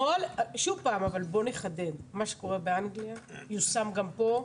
בוא נחדד, מה שקורה באנגליה יושם גם פה.